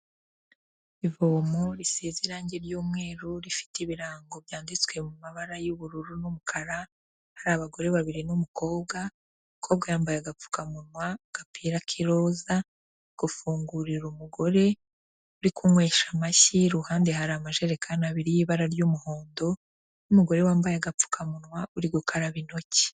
Ivomo risize irangi ry'umweru rifite ibirango byanditswe mu mabara y'ubururu n'umukara, hari abagore babiri n'umukobwa, wambaye agapfukamunwa, agapira k'iroza gufungurira umugore uri kunywesha amashyi'ruhande hari amajerekani abiri y'ibara ry'umuhondo n'umugore wambaye agapfukamunwa uri gukaraba intoki.